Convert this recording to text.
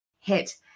hit